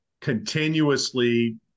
continuously—